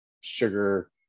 sugar